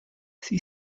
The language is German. sie